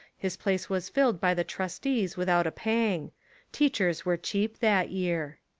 his place was filled by the trustees without a pang teachers were cheap that year.